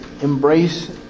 embrace